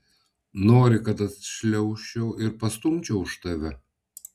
nori kad atšliaužčiau ir pastumčiau už tave